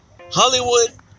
Hollywood